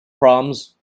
proms